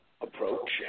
approach